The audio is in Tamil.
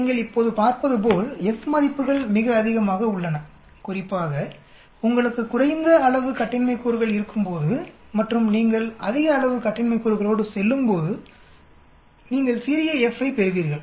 நீங்கள் இப்போது பார்ப்பதுபோல்F மதிப்புகள் மிக அதிகமாக உள்ளன குறிப்பாக உங்களுக்கு குறைந்த அளவு கட்டின்மை கூறுகள் இருக்கும்போதுமற்றும் நீங்கள் அதிக அளவு கட்டின்மை கூறுகளோடு செல்லும்போது நீங்கள் சிறிய F ஐப் பெறுவீர்கள்